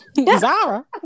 Zara